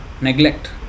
neglect